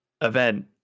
event